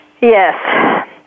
Yes